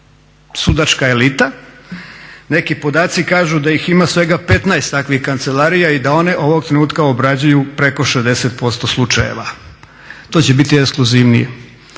sudačka elita. Neki podaci kažu da ih ima svega 15 takvih kancelarija i da one ovog trenutka obrađuju preko 60% slučajeva. To će biti ekskluzivno